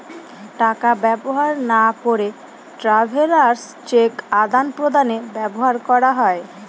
টাকা ব্যবহার না করে ট্রাভেলার্স চেক আদান প্রদানে ব্যবহার করা হয়